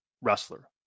wrestler